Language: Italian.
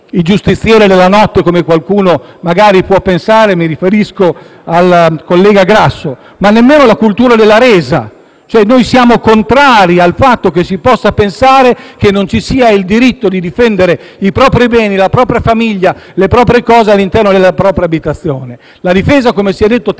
il giustiziere della notte, come qualcuno può pensare - mi riferisco al collega Grasso - ma nemmeno la cultura della resa, cioè noi siamo contrari al fatto che si possa pensare che non ci sia il diritto di difendere i propri beni, la propria famiglia, le proprie cose all'interno della propria abitazione. La difesa - come si è detto tante